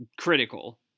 critical